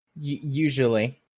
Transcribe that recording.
Usually